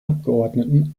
abgeordneten